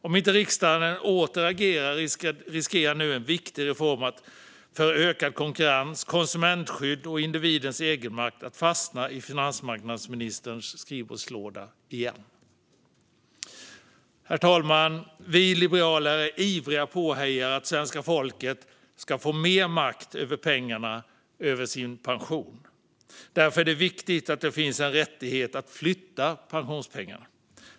Om inte riksdagen åter agerar riskerar nu en viktig reform för ökad konkurrens, konsumentskydd och individens egenmakt att fastna i finansmarknadsministerns skrivbordslåda igen. Herr talman! Vi liberaler är ivriga påhejare för att svenska folket ska få mer makt över pengarna, över sin pension. Därför är det viktigt att det finns en rättighet att flytta pensionspengarna.